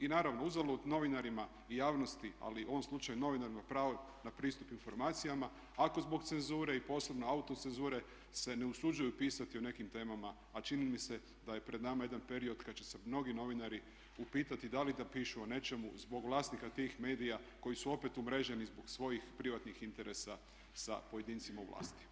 I naravno, uzalud novinarima i javnosti, ali u ovom slučaju novinarima pravo na pristup informacijama ako zbog cenzure i posebno autocenzure se ne usuđuju pisati o nekim temama, a čini mi se da je pred nama jedan period kada će se mnogi novinari upitati da li da pišu o nečemu zbog vlasnika tih medija koji su opet umreženi zbog svojih privatnih interesa sa pojedincima u vlasti.